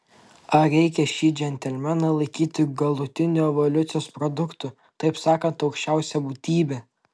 ar reikia šį džentelmeną laikyti galutiniu evoliucijos produktu taip sakant aukščiausia būtybe